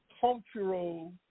cultural